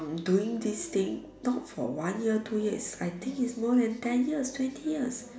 doing this thing not for one year two years I think is more than ten years twenty years